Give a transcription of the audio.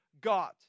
God